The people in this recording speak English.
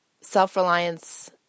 Self-Reliance